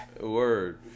Word